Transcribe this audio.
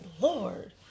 Lord